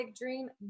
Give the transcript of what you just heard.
dream